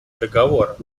договора